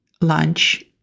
lunch